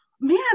man